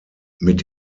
mit